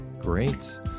Great